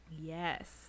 yes